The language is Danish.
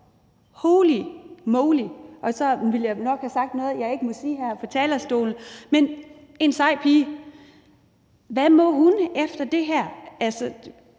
Holy moly, og så ville jeg nok have sagt noget, jeg ikke må sige her fra talerstolen, men det er en sej pige. Hvad må hun efter det her?